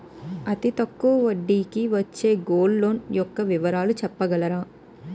అతి తక్కువ వడ్డీ కి వచ్చే గోల్డ్ లోన్ యెక్క వివరాలు చెప్పగలరా?